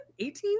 18